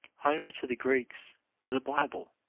homer to the greeks was a bible,